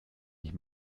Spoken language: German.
ich